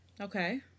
Okay